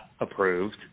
approved